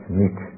meet